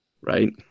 right